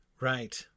Right